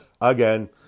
again